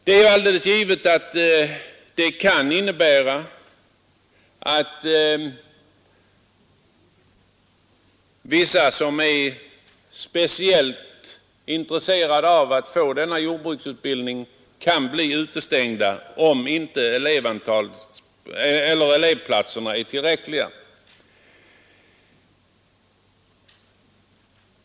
Det är alldeles givet att detta kan innebära att vissa som är speciellt intresserade av att få denna jordbruksutbildning blir utestängda, om antalet elevplatser inte är tillräckligt.